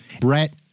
Brett